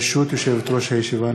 ברשות יושבת-ראש הישיבה,